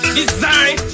design